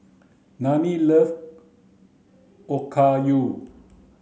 Lani loves Okayu